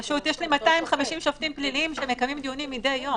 יש לי 250 שופטים פליליים שמקיימים דיונים מדי יום.